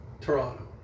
Toronto